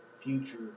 future